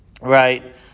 right